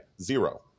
zero